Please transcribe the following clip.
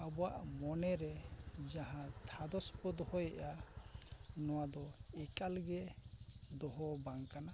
ᱟᱵᱚᱣᱟᱜ ᱢᱚᱱᱮ ᱨᱮ ᱡᱟᱦᱟᱸ ᱛᱷᱟᱫᱚᱥ ᱠᱚ ᱫᱚᱦᱚᱭᱮᱜᱼᱟ ᱱᱚᱣᱟ ᱫᱚ ᱮᱠᱟᱞ ᱜᱮ ᱫᱚᱦᱚ ᱵᱟᱝ ᱠᱟᱱᱟ